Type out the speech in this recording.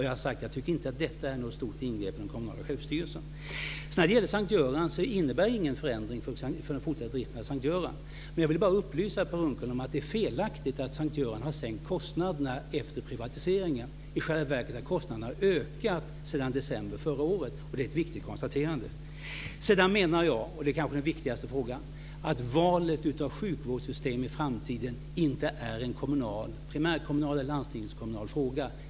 Jag har sagt att jag inte tycker att detta är något stort ingrepp i den kommunala självstyrelsen. När det gäller S:t Göran så innebär inte detta någon förändring för den fortsatta driften av sjukhuset. Men jag vill bara upplysa Per Unckel om att det är felaktigt att S:t Göran skulle ha sänkt kostnaderna efter privatiseringen. I själva verket har kostnaderna ökat sedan december förra året. Det är ett viktigt konstaterande. Jag menar - och det kanske är den viktigaste frågan - att valet av sjukvårdssystem i framtiden inte är en primärkommunal eller landstingskommunal fråga.